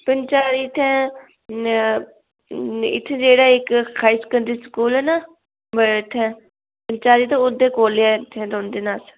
पंचायत इत्थै इत्थै जेह्ड़ा इक हायर सेकेंडरी स्कूल ऐ निं इत्थै पंचैरी ते ओह्दे कोल गै उत्थै रौंह्दे न अस